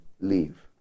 leave